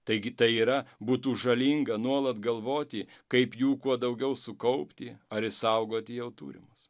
taigi tai yra būtų žalinga nuolat galvoti kaip jų kuo daugiau sukaupti ar išsaugoti jau turimus